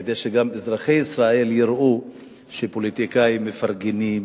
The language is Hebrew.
כדי שגם אזרחי ישראל יראו שפוליטיקאים מפרגנים,